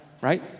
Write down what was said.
right